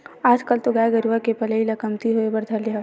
आजकल तो गाय गरुवा के पलई ह कमती होय बर धर ले हवय